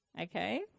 Okay